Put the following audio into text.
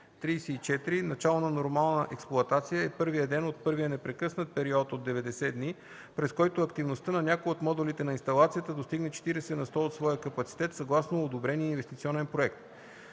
34. „Начало на нормална експлоатация” е първият ден на първия непрекъснат период от 90 дни, през който активността на някой от модулите на инсталацията достигне 40 на сто от своя капацитет съгласно одобрения инвестиционен проект.